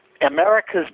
America's